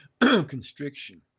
constriction